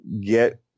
get